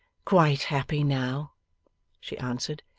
quite happy now she answered.